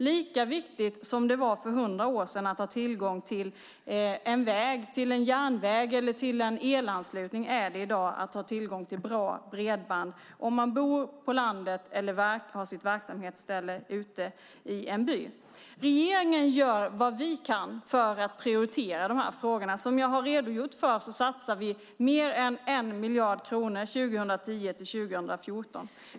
Lika viktigt som det var för 100 år sedan att ha tillgång till en väg, till en järnväg eller till en elanslutning är det i dag att ha tillgång till bra bredband om man bor på landet eller om man har sitt verksamhetsställe ute i en by. Vi i regeringen gör vad vi kan för att prioritera dessa frågor. Som jag har redogjort för satsar vi mer än 1 miljard kronor 2010-2014.